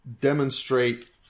demonstrate